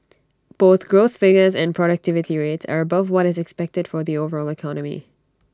both growth figures and productivity rates are above what is expected for the overall economy